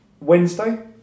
Wednesday